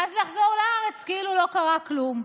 ואז לחזור לארץ כאילו לא קרה כלום.